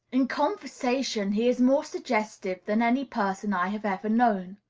in conversation he is more suggestive than any person i have ever known.